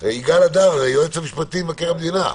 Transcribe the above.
יואל הדר, היועץ המשפטי במשרד מבקר המדינה,